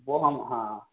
وہ ہم ہاں